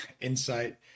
Insight